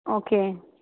okay